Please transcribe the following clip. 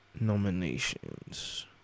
nominations